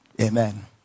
Amen